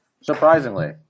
Surprisingly